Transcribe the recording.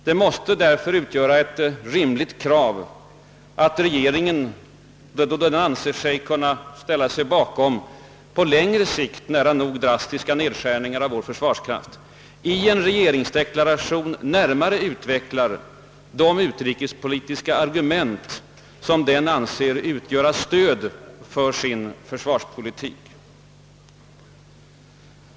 Det måste därför vara ett rimligt krav att regeringen, då den ställer sig bakom på längre sikt nära nog drastiska nedskärningar av vår försvarsstyrka, i en regeringsdeklaration närmare utvecklar de utrikespolitiska argument som den anser utgöra stöd för sin försvarspolitik.